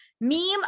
meme